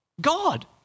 God